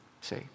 see